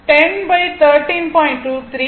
23